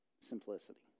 simplicity